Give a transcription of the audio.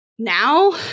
Now